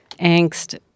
Angst